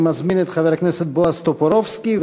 אני מזמין את חבר הכנסת בועז טופורובסקי,